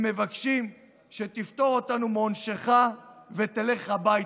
הם מבקשים שתפטור אותנו מעונשך ותלך הביתה.